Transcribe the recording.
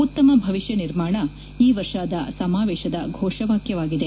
ಉತ್ತಮ ಭವಿಷ್ಯ ನಿರ್ಮಾಣ ಈ ವರ್ಷದ ಸಮಾವೇಶದ ಫೋಷವಾಕ್ಯವಾಗಿದೆ